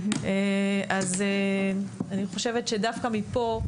אז אני חושבת שדווקא מפה,